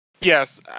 yes